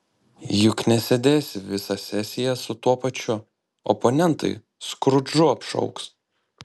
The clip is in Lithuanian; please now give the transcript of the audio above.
juk nesėdėsi visą sesiją su tuo pačiu oponentai skrudžu apšauks